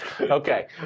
Okay